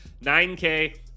9k